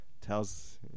Tells